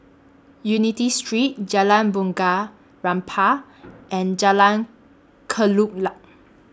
Unity Street Jalan Bunga Rampai and Jalan Kelulut